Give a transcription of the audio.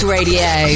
Radio